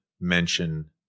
mention